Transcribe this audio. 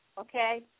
Okay